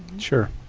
sure.